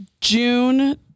June